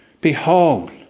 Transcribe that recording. Behold